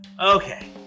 Okay